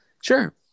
Sure